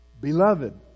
beloved